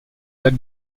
lac